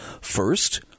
First